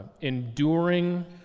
enduring